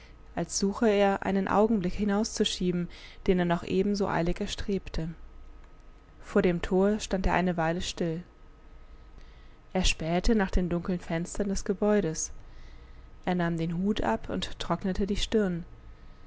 als suche er einen augenblick hinauszuschieben den er noch eben so eilig erstrebte vor dem tor stand er eine weile still er spähte nach den dunkeln fenstern des gebäudes er nahm den hut ab und trocknete die stirn